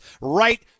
right